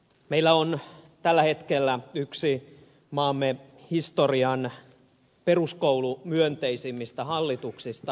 meillä on tällä hetkellä yksi maamme historian peruskoulumyönteisimmistä hallituksista